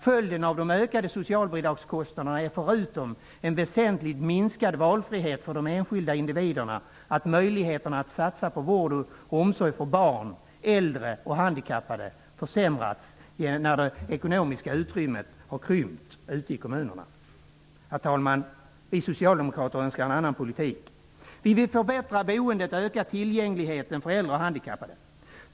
Följden av de ökade socialbidragskostnaderna är, förutom en väsentligt minskad valfrihet för de enkilda individerna, att möjligheterna att satsa på vård och omsorg för barn, äldre och handikappade försämrats när det ekonomiska utrymmet har krympt ute i kommunerna. Herr talman! Vi socialdemokrater önskar en annan politik. Vi vill förbättra boendet och öka tillgängligheten för äldre och handikappade.